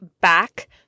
back